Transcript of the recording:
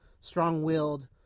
strong-willed